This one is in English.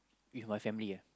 with my family ah